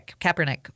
Kaepernick